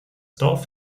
dorf